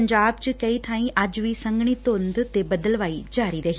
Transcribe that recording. ਪੰਜਾਬ ਚ ਕਈ ਬਾਈ ਅੱਜ ਵੀ ਸੰਘਣੀ ਧੂੰਦ ਤੇ ਬੱਦਲਵਾਈ ਜਾਰੀ ਰਹੀ